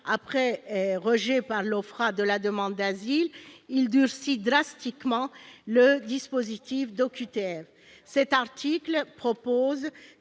après rejet par l'OFPRA d'une demande d'asile, il durcit drastiquement le dispositif d'OQTF. Ainsi, cet article prévoit